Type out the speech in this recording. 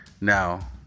Now